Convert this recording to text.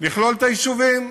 לכלול את היישובים.